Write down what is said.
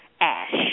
ash